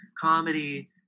comedy